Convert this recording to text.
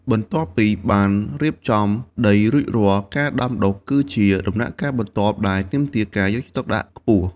បន្ទាប់ពីបានរៀបចំដីរួចរាល់ ការដាំដុះគឺជាដំណាក់កាលបន្ទាប់ដែលទាមទារការយកចិត្តទុកដាក់ខ្ពស់។